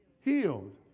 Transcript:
healed